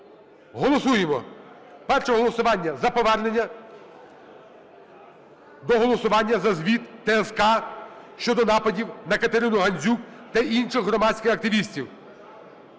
голосуємо. Перше голосування – за повернення до голосування за звіт ТСК щодо нападів на Катерину Гандзюк та інших громадських активістів,